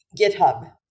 github